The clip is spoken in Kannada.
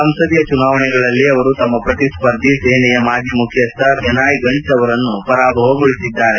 ಸಂಸದೀಯ ಚುನಾವಣೆಗಳಲ್ಲಿ ಅವರು ತಮ್ಮ ಪ್ರತಿಸ್ಪರ್ಧಿ ಸೇನೆಯ ಮಾಜಿ ಮುಖ್ಯಸ್ಥ ಬೆನಾಯ್ ಗಂಟ್ಷ್ ಅವರನ್ನು ಪರಾಭವಗೊಳಿಸಿದ್ದಾರೆ